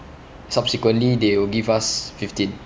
subsequently they will give us fifteen